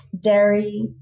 Dairy